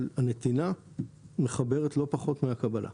אבל הנתינה מחברת לא פחות מהקבלה.